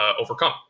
overcome